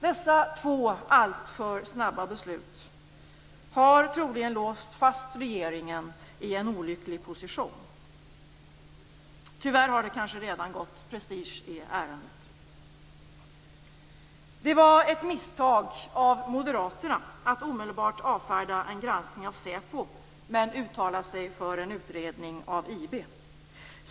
Dessa två alltför snabba beslut har troligen låst fast regeringen i en olycklig position. Tyvärr har det kanske redan gått prestige i ärendet. Det var ett misstag av moderaterna att omedelbart avfärda en granskning av SÄPO samtidigt som man uttalade sig för en utredning av IB.